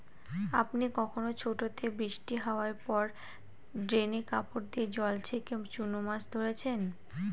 আপনি কখনও ছোটোতে বৃষ্টি হাওয়ার পর ড্রেনে কাপড় দিয়ে জল ছেঁকে চুনো মাছ ধরেছেন?